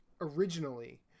originally